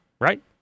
Right